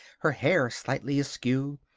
her hair slightly askew,